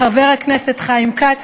לחבר הכנסת חיים כץ,